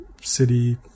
city